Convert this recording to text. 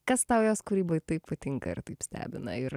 kas tau jos kūryboj taip patinka ir taip stebina ir